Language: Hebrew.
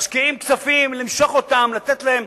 משקיעים כספים למשוך אותם, לתת להם.